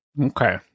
Okay